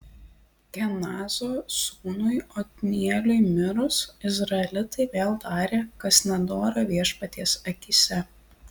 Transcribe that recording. kenazo sūnui otnieliui mirus izraelitai vėl darė kas nedora viešpaties akyse